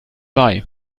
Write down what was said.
mai